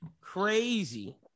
Crazy